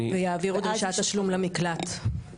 ויעבירו דרישת תשלום למקלט.